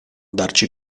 darci